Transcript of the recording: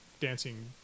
dancing